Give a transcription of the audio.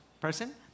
person